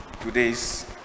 Today's